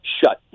shut